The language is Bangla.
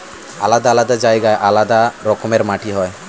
আলাদা আলাদা জায়গায় আলাদা রকমের মাটি হয়